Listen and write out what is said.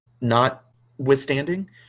notwithstanding